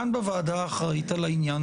כאן בוועדה שאחראית על העניין.